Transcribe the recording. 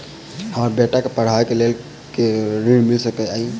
हमरा बेटा केँ पढ़ाबै केँ लेल केँ ऋण मिल सकैत अई?